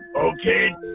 Okay